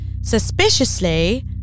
Suspiciously